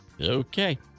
okay